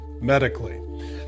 medically